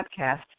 podcast